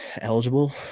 eligible